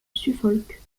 suffolk